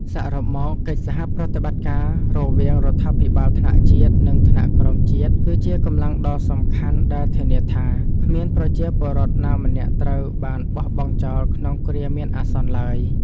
សរុបមក កិច្ចសហប្រតិបត្តិការរវាងរដ្ឋាភិបាលថ្នាក់ជាតិ និងថ្នាក់ក្រោមជាតិ គឺជាកម្លាំងដ៏សំខាន់ដែលធានាថា គ្មានប្រជាពលរដ្ឋណាម្នាក់ត្រូវបានបោះបង់ចោលក្នុងគ្រាមានអាសន្នឡើយ។